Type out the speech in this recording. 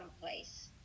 someplace